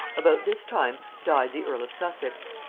about this time died the earl of sussex.